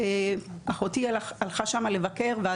אחותי הלכה לבקר שם,